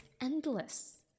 endless